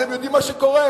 אתם יודעים מה שקורה?